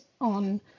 on